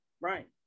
Right